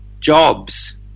jobs